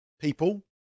people